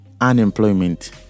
unemployment